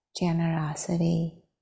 generosity